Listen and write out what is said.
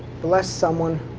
bless someone.